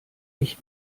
ich